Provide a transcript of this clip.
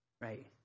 right